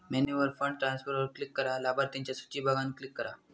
मेन्यूवर फंड ट्रांसफरवर क्लिक करा, लाभार्थिंच्या सुची बघान क्लिक करा